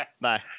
bye